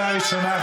קריאה ראשונה,